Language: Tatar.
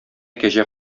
кәҗә